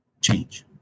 change